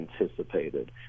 anticipated